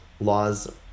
laws